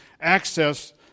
access